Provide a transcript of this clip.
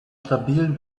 stabilen